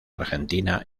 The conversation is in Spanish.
argentina